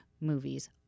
movies